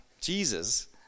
Jesus